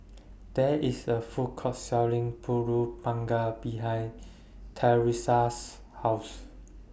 There IS A Food Court Selling Pulut Panggang behind Thresa's House